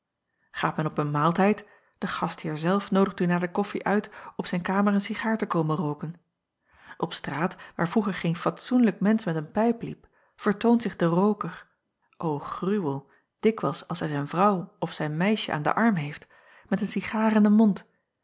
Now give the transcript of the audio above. aat men op een maaltijd de gastheer zelf noodigt u na de koffie uit op zijn kamer een cigaar te komen rooken p straat waar vroeger geen fatsoenlijk mensch met een pijp liep vertoont zich de rooker o gruwel dikwijls als hij zijn vrouw of zijn meisje aan den arm heeft met een cigaar in den mond